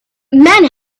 men